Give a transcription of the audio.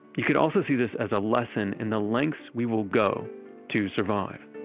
you could also see this as a lesson in the lengths we will go to survive.